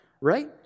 right